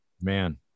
man